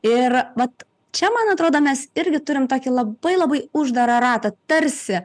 ir vat čia man atrodo mes irgi turim tokį labai labai uždarą ratą tarsi